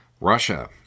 Russia